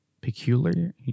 peculiar